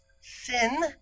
sin